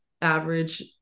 average